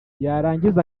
yarangiza